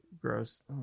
gross